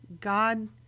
God